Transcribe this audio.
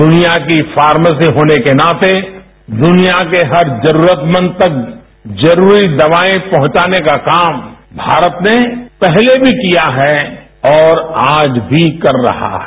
दुनिया की फार्मेसी होने के नाते दुनिया के हर जरूरतमंद तक जरूरी दवाएं पहुंचाने का काम भारत ने पहले भी किया है और आज भी कर रहा है